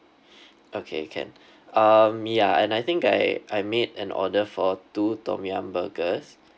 okay can um yeah and I think I I made an order for two tom yum burgers